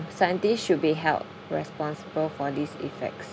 scientists should be held responsible for these effects